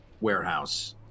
warehouse